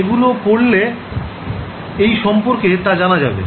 এগুলো পড়লে এই সম্পর্কে তা জানা যাবে